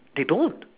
they don't